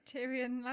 Tyrion